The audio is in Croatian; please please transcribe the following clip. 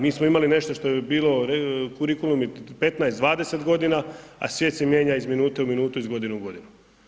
Mi smo imali nešto što je bilo kurikulum, 15-20 godina, a svijet se mijenja iz minutu u minutu, iz godine u godinu.